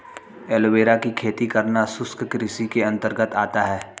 aloe vera की खेती करना शुष्क कृषि के अंतर्गत आता है